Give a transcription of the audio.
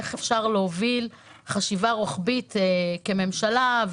איך אפשר להוביל חשיבה רוחבית כממשלה,